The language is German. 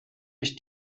ich